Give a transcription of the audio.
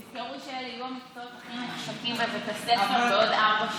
תזכרו שאלה יהיו המקצועות הכי נחשקים בבית הספר בעוד ארבע שנים.